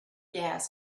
gas